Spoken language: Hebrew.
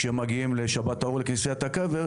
כשהם מגיעים לשבת האור לכנסיית הקבר,